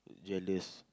jealous